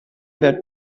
that